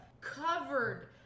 covered